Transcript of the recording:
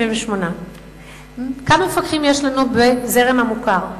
78. כמה מפקחים יש לנו בזרם המוכר?